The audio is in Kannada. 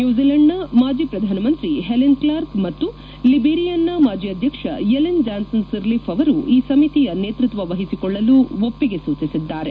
ನ್ಯೂಜಿಲೆಂಡ್ನ ಮಾಜಿ ಪ್ರಧಾನಮಂತ್ರಿ ಹೆಲೆನ್ ಕ್ಲಾರ್ಕ್ ಮತ್ತು ಲಿಬಿರಿಯನ್ನ ಮಾಜಿ ಅಧ್ಯಕ್ಷ ಎಲೆನ್ ಜಾನ್ಗನ್ ಒರ್ಲೀಫ್ ಅವರು ಈ ಸಮಿತಿಯ ನೇತೃತ್ವ ವಹಿಸಿಕೊಳ್ಳಲು ಒಪ್ಪಿಗೆ ಸೂಚಿಸಿದ್ದಾರೆ